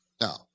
now